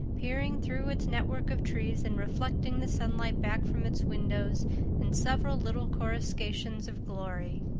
peering through its network of trees and reflecting the sunlight back from its windows in several little coruscations of glory.